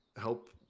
help